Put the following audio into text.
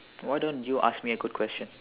why don't you ask me a good question